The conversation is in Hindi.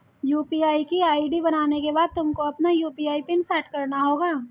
यू.पी.आई की आई.डी बनाने के बाद तुमको अपना यू.पी.आई पिन सैट करना होगा